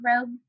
robe